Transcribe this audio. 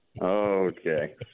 Okay